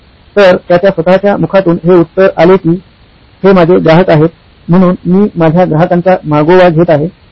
तर त्याच्या स्वतःच्या मुखातून हे उत्तर आले कि हे माझे ग्राहक आहेत म्हणून मी माझ्या ग्राहकांचा मागोवा घेत आहे